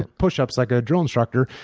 and pushups like a drill instructor,